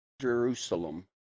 jerusalem